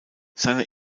seine